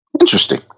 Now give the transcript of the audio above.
Interesting